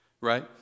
right